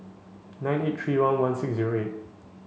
nine eight three one one six zero eight